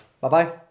Bye-bye